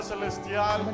Celestial